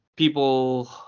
People